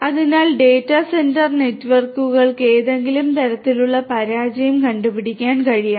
അതിനാൽ data centre നെറ്റ്വർക്കുകൾക്ക് ഏതെങ്കിലും തരത്തിലുള്ള പരാജയം കണ്ടുപിടിക്കാൻ കഴിയണം